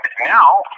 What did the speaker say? now